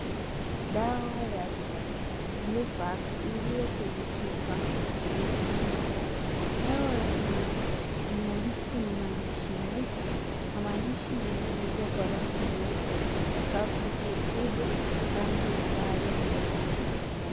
Dawa ya Bluvax iliyo kwenye chupa imefunikwa. Dawa hiyo imeandikwa kwenye maandishi nyeusi na maandishi mengine yameandikwa kwenye rangi nyeupe kwenye sakafu iliyopigwa rangi ambayo ni ya rangi ya kijani.